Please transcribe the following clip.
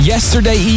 Yesterday